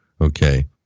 Okay